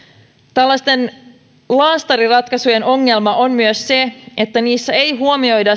tällaisten laastariratkaisujen ongelma on myös se että niissä ei huomioida